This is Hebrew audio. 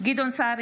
גדעון סער,